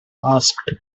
asked